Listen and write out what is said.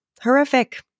horrific